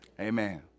Amen